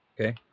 Okay